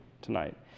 tonight